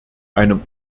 einem